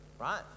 right